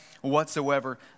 whatsoever